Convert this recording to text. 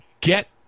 get